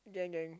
gang gang